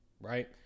right